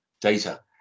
data